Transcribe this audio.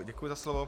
Děkuji za slovo.